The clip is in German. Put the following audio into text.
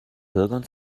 bürgern